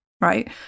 right